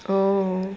oh